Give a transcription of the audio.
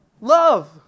Love